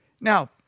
Now